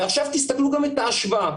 ועכשיו תסתכלו גם על ההשוואה.